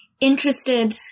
interested